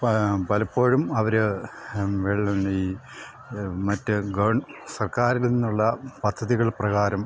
പലപ്പോഴും അവർ വെള്ളം ഈ മറ്റ് ഗവൺ സർക്കാരിൽ നിന്നുള്ള പദ്ധതികൾ പ്രകാരം